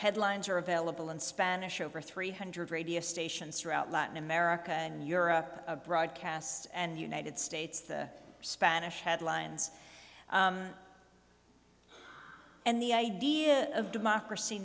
headlines are available in spanish over three hundred radio stations throughout latin america and europe broadcasts and the united states the spanish headlines and the idea of democracy